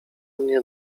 mnie